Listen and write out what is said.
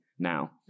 now